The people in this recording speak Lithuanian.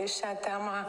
į šią temą